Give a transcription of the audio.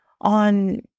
on